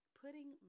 putting